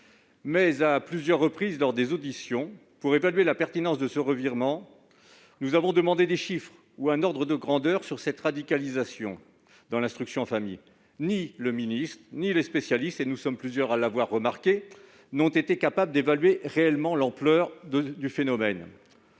isoler les enfants. Lors des auditions, pour évaluer la pertinence de ce revirement, nous avons demandé à plusieurs reprises des chiffres ou un ordre de grandeur sur cette radicalisation dans l'instruction en famille. Or ni le ministre ni les spécialistes- nous sommes plusieurs à l'avoir remarqué -n'ont été capables d'évaluer réellement l'ampleur du phénomène.